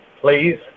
please